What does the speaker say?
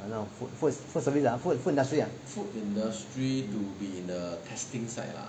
err 那种 food food food service food industry lah